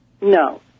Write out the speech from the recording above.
no